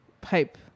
pipe